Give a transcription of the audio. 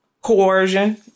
coercion